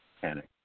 panic